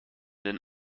den